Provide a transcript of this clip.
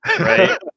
right